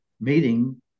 meeting